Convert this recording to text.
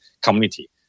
community